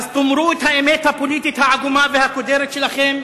תאמרו את האמת הפוליטית העגומה והקודרת שלכם,